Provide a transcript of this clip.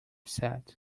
set